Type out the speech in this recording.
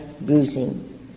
bruising